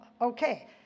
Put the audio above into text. okay